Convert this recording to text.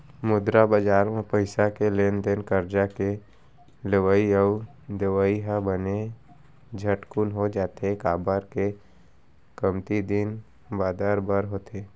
मुद्रा बजार म पइसा के लेन देन करजा के लेवई अउ देवई ह बने झटकून हो जाथे, काबर के कमती दिन बादर बर होथे